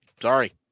Sorry